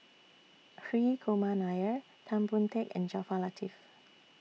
Hri Kumar Nair Tan Boon Teik and Jaafar Latiff